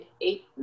eight